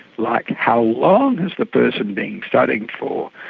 like how long has the person been studying for,